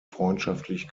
freundschaftlich